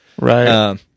Right